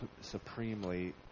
supremely